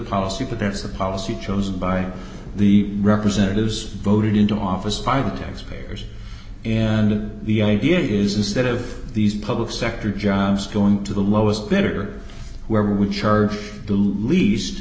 policy but that's a policy chosen by the representatives voted into office by the taxpayers and the idea is instead of these public sector jobs going to the lowest bidder where we charge the least